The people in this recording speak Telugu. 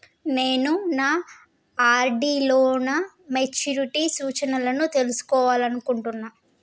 నేను నా ఆర్.డి లో నా మెచ్యూరిటీ సూచనలను తెలుసుకోవాలనుకుంటున్నా